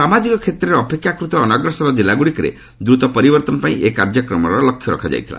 ସାମାଜିକ କ୍ଷେତ୍ରରେ ଅପେକ୍ଷାକୃତ ଅନଗ୍ରସର ଜିଲ୍ଲାଗୁଡ଼ିକରେ ଦ୍ରୁତ ପରିବର୍ତ୍ତନ ପାଇଁ ଏହି କାର୍ଯ୍ୟକ୍ରମର ଲକ୍ଷ୍ୟ ରଖାଯାଇଥିଲା